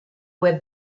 with